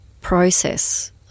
process